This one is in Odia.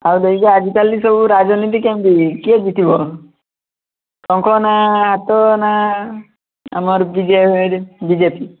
ଆଉ ଯାଇ କି ଆଜି କାଲି ସବୁ ରାଜନୀତି କେମିତି କିଏ ବିକିବ ତାଙ୍କ ନାଁ ଆଙ୍କ ନାଁ ଆମର ବିଜୟ ଭାଇ ବି ଜେ ପି